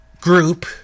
group